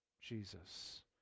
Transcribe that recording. Jesus